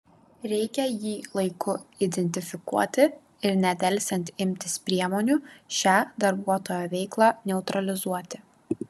reikia jį laiku identifikuoti ir nedelsiant imtis priemonių šią darbuotojo veiklą neutralizuoti